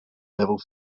level